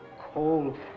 Cold